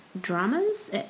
dramas